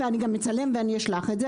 ואני גם אצלם ואשלח לך את זה.